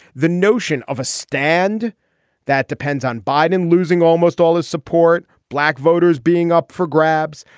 the notion of a stand that depends on biden losing almost all his support, black voters being up for grabs.